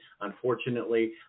unfortunately